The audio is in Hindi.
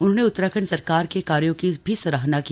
उन्होंने उत्तराखंड सरकार के कार्यो की भी सराहना की